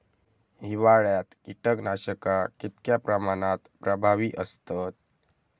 हिवाळ्यात कीटकनाशका कीतक्या प्रमाणात प्रभावी असतत?